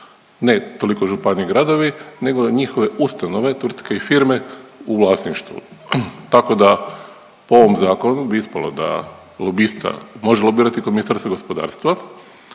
ne toliko županije, gradovi nego njihove ustanove, tvrtke i firme u vlasništvu. Tako da po ovom zakonu bi ispalo da lobista može lobirati kod Ministarstva gospodarstva